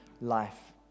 life